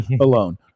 Alone